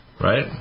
right